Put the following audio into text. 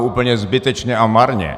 Úplně zbytečně a marně.